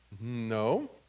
No